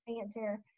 answer